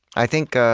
i think